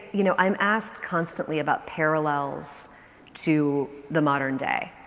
you know, i'm asked constantly about parallels to the modern day.